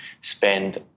spend